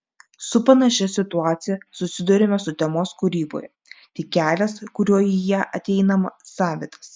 su panašia situacija susiduriame sutemos kūryboje tik kelias kuriuo į ją ateinama savitas